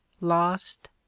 lost